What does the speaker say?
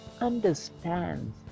understands